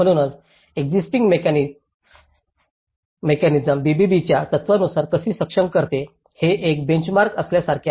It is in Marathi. म्हणूनच एक्सिस्टिंग मेकॅनिसम्स बीबीबीच्या तत्त्वांनुसार कशी सक्षम करते हे एक बेंचमार्क असण्यासारखे आहे